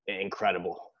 incredible